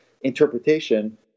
interpretation